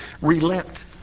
relent